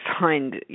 find